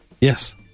yes